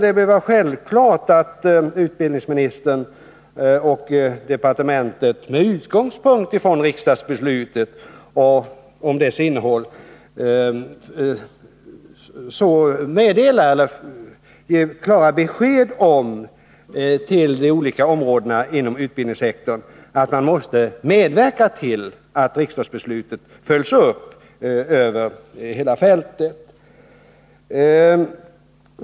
Det bör vara självklart att utbildningsministern och departementet, med utgångspunkt från riksdagsbeslutet och dess innehåll, ger klara besked på de olika områdena inom utbildningssektorn att man måste medverka till att riksdagsbeslutet följs upp över hela fältet.